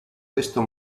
questo